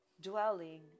dwelling